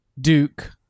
Duke